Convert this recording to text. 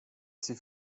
sie